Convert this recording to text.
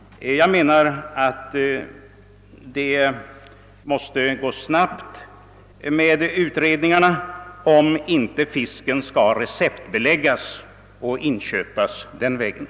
Jag menar att utredningarna måste bedrivas snabbt, om vi inte skall riskera att den fisk som vi vill köpa måste receptbeläggas.